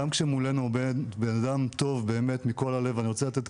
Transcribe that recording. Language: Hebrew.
גם כשמולינו הבן אדם טוב באמת מכל הלב ואני רוצה לתת